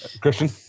Christian